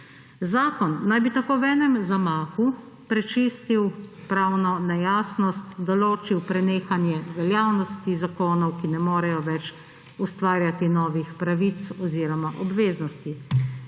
Zakon naj bi tako v enem zamahu prečistil pravno nejasnost, določil prenehanje veljavnosti zakonov, ki ne morejo več ustvarjati novih pravic oziroma obveznosti.